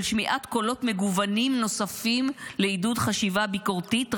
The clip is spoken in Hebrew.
שמיעת קולות מגוונים נוספים לעידוד חשיבה ביקורתית רבגונית,